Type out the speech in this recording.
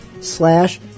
slash